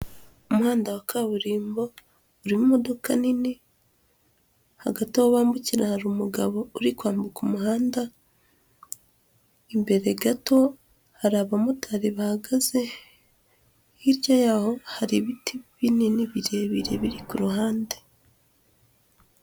Umuhanda wa kaburimbo uri mo imodoka nini hagati aho bambukira hari umugabo uri kwambuka umuhanda imbere gato hari abamotari bahagaze hirya yaho hari ibiti binini birebire biri ku ruhande.